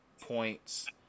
points